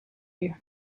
you